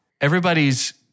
everybody's